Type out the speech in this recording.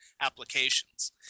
applications